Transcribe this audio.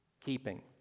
keeping